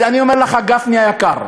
אז אני אומר לך, גפני היקר,